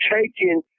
taking